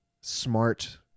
smart